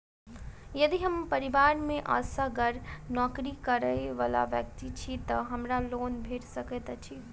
यदि हम परिवार मे असगर नौकरी करै वला व्यक्ति छी तऽ हमरा लोन भेट सकैत अछि?